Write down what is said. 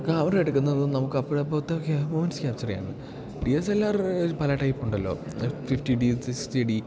camera എടുക്കുന്നത് നമുക്ക് അപ്പോൾ അപ്പോഴത്തേക്ക് മുമെൻ്റ്സ് ക്യാപ്ച്ചർ ചെയ്യാൻ ഡി എസ് എൽ ആർ പല ടൈപ്പുണ്ടല്ലോ F fifty D sixty D